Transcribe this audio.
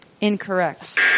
Incorrect